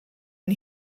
and